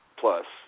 plus